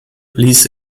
ließ